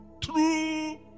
true